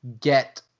get